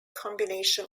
combination